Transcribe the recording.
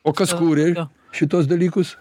o kas kūrė šituos dalykus